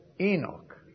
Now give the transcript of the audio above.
Enoch